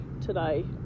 today